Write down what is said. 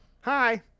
Hi